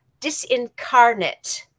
disincarnate